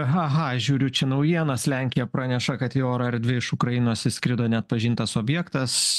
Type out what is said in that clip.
aha ha žiūriu čia naujienas lenkija praneša kad į oro erdvę iš ukrainos įskrido neatpažintas objektas